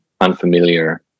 unfamiliar